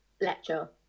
lecture